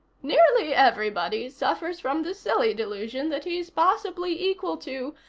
nearly everybody suffers from the silly delusion that he's possibly equal to,